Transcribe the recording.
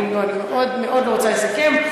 אני מאוד מאוד רוצה לסכם.